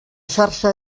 xarxa